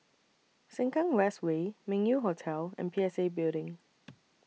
Sengkang West Way Meng Yew Hotel and P S A Building